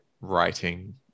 writing